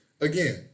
again